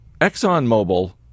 ExxonMobil